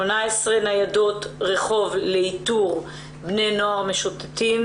18 ניידות רחוב לאיתור בני נוער משוטטים.